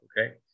okay